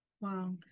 Wow